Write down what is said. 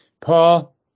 Paul